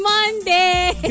Monday